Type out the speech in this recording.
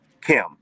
Kim